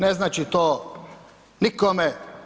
Ne znači to nikome.